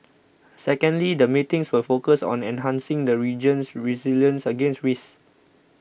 secondly the meetings will focus on enhancing the region's resilience against risks